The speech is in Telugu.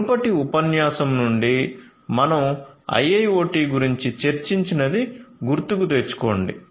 మునుపటి ఉపన్యాసం నుండి మనం IIoT గురించి చర్చించినది గుర్తుకుతెచ్చుకోండి